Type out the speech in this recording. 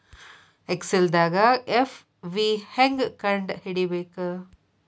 ಎಕ್ಸೆಲ್ದಾಗ್ ಎಫ್.ವಿ ಹೆಂಗ್ ಕಂಡ ಹಿಡಿಬೇಕ್